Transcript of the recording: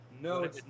No